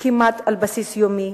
כמעט על בסיס יומי,